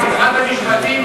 שרת המשפטים,